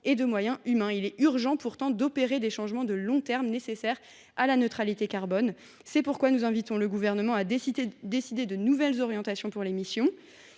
et de moyens humains. Il est pourtant urgent d’opérer les changements de long terme qu’exige la neutralité carbone. C’est pourquoi nous invitons le Gouvernement à fixer de nouvelles orientations à cet égard